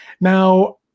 Now